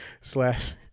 slash